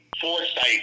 foresight